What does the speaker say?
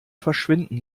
verschwinden